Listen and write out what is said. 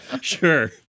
Sure